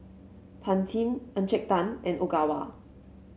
Pantene Encik Tan and Ogawa